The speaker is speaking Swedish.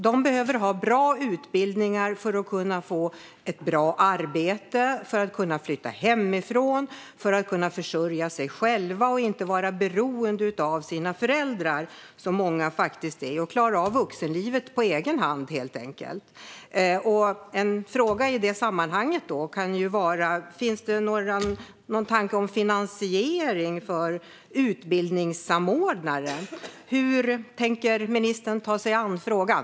De behöver ha bra utbildningar för att kunna få ett bra arbete, för att kunna flytta hemifrån och för att kunna försörja sig själva och inte vara beroende av sina föräldrar, som många faktiskt är. Det handlar helt enkelt om att kunna klara av vuxenlivet på egen hand. En fråga i sammanhanget kan vara: Finns det någon tanke om finansiering för utbildningssamordnaren? Hur tänker ministern ta sig an frågan?